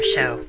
Show